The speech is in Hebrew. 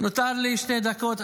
נותרו לי שתי דקות,